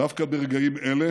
דווקא ברגעים אלה